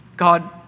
God